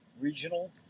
regional